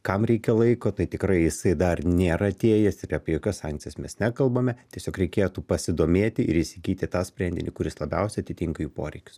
kam reikia laiko tai tikrai jisai dar nėra atėjęs ir apie jokias sankcijas mes nekalbame tiesiog reikėtų pasidomėti ir įsigyti tą sprendinį kuris labiausiai atitinka jų poreikius